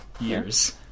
Years